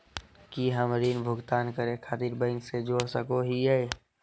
की हम ऋण भुगतान करे खातिर बैंक से जोड़ सको हियै?